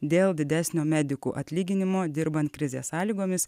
dėl didesnio medikų atlyginimo dirbant krizės sąlygomis